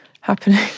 happening